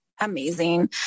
amazing